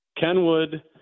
Kenwood